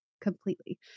completely